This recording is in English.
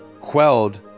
quelled